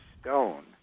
stone